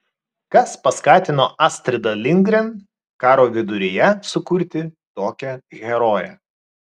kas paskatino astridą lindgren karo viduryje sukurti tokią heroję